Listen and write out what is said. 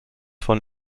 von